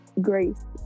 grace